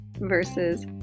Versus